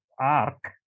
arc